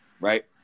right